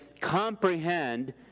comprehend